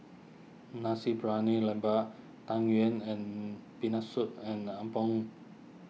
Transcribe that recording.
Nasi Briyani Lembu Tang Yuen and Peanut Soup and Apom